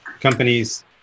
companies